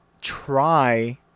try